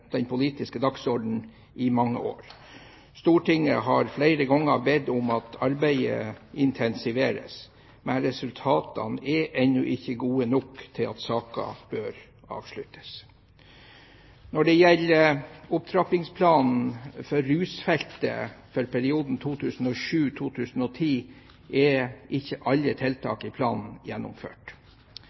den politiske dagsorden i mange år. Stortinget har flere ganger bedt om at arbeidet intensiveres, men resultatene er ennå ikke gode nok til at saken bør avsluttes. Når det gjelder opptrappingsplanen for rusfeltet for perioden 2007–2010, er ikke alle tiltak i planen gjennomført.